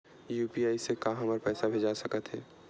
UPI से का हमर पईसा भेजा सकत हे?